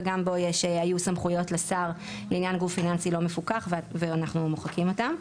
וגם בו היו סמכויות לשר לעניין גוף פיננסי לא מפוקח ואנחנו מוחקים אותה.